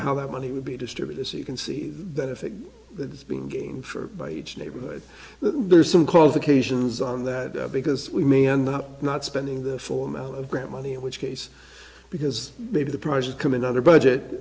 how that money would be distributed as you can see that if it was being gamed sure by each neighborhood there's some calls occasions on that because we may end up not spending the full amount of grant money in which case because maybe the prizes come in under budget